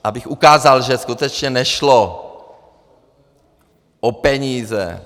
Abych ukázal, že skutečně nešlo o peníze.